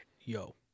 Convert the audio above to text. yo